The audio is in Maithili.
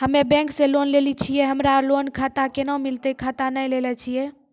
हम्मे बैंक से लोन लेली छियै हमरा लोन खाता कैना मिलतै खाता नैय लैलै छियै?